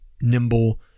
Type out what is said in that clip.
nimble